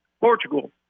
Portugal